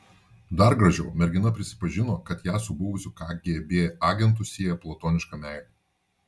dar gražiau mergina prisipažino kad ją su buvusiu kgb agentu sieja platoniška meilė